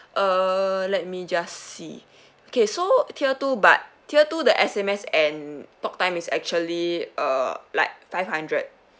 err let me just see okay so tier two but tier two the S_M_S and talk time is actually uh like five hundred